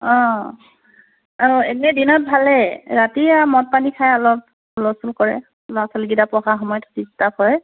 অঁ আৰু এনেই দিনত ভালেই ৰাতি আৰু মদ পানী খাই অলপ হুলস্থুল কৰে ল'ৰা ছোৱালীকেইটা পঢ়া সময়ত ডিষ্টাৰ্ব হয়